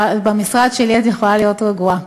במשרד שלי את יכולה להיות רגועה.